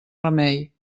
remei